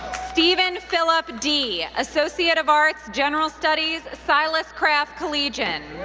steven phillip dea, associate of arts, general studies, silas craft collegian.